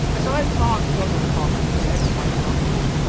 as i marched on the common at the head of my company,